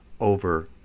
over